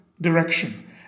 direction